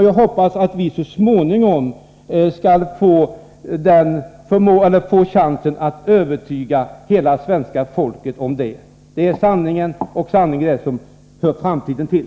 Jag hoppas att vi så småningom får chansen att övertyga hela svenska folket om detta. Detta är sanningen, och sanningen är någonting som hör framtiden till.